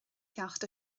ceacht